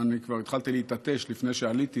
כבר התחלתי להתעטש, עוד לפני שעליתי.